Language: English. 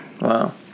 Wow